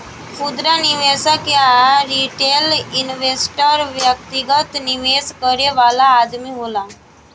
खुदरा निवेशक या रिटेल इन्वेस्टर व्यक्तिगत निवेश करे वाला आदमी होला